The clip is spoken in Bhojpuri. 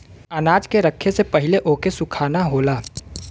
अनाज के रखे से पहिले ओके सुखाना होला